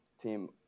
team